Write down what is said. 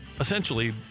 essentially